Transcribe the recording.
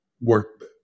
work